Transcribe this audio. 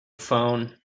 phone